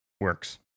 works